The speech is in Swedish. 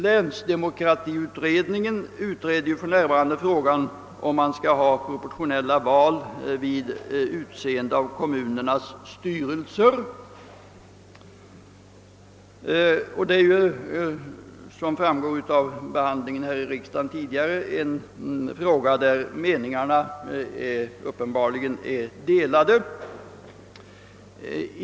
Länsdemokratiutredningen utreder för närvarande frågan om proportionella val vid utseende av kommunernas styrelser — som framgått av behandlingen här i riksdagen tidigare är detta en fråga där meningarna uppenbarligen är delade.